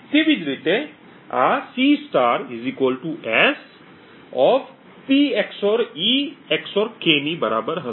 તેવી જ રીતે આ C S P XOR e XOR k ની બરાબર હશે